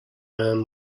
man